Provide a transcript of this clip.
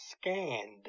scanned